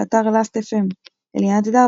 באתר Last.fm אליאנה תדהר,